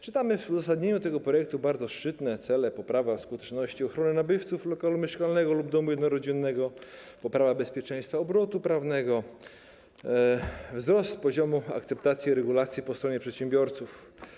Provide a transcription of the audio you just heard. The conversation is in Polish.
Czytamy w uzasadnieniu tego projektu o bardzo szczytnych celach, do których należą: poprawa skuteczności ochrony nabywców lokalu mieszkalnego lub domu jednorodzinnego, poprawa bezpieczeństwa obrotu prawnego, wzrost poziomu akceptacji regulacji po stronie przedsiębiorców.